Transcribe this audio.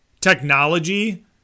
technology